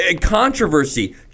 Controversy